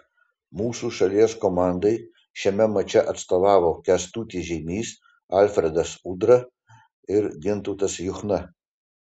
mūsų šalies komandai šiame mače atstovavo kęstutis žeimys alfredas udra ir gintautas juchna